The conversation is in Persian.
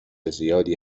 زیادی